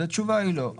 אז התשובה היא לא.